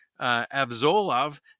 Avzolov